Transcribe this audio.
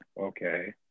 okay